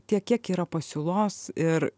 tiek kiek yra pasiūlos ir